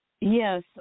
yes